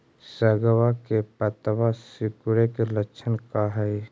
सगवा के पत्तवा सिकुड़े के लक्षण का हाई?